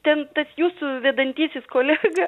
ten tas jūsų vedantysis kolega